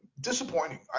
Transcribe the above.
disappointing